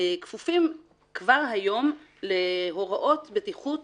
כפופים כבר היום להוראות בטיחות